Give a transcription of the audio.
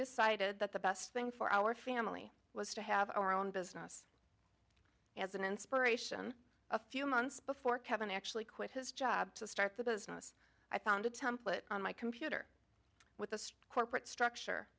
decided that the best thing for our family was to have our own business as an inspiration a few months before kevin actually quit his job to start the business i found a template on my computer with the corporate structure